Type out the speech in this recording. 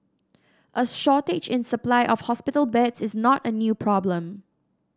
a shortage in supply of hospital beds is not a new problem